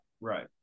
Right